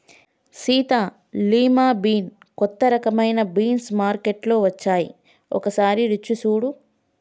Sita lima bean కొత్త రకమైన beans మార్కేట్లో వచ్చాయి ఒకసారి రుచి సుడు